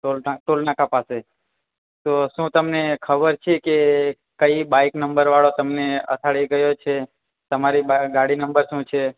toll ના toll નાકા પાસે તો શું તમને ખબર છે કે કઈ બાઈક નંબરવાળો તમને અથડાવી ગયો છે તમારી બા ગાડી નંબર શું છે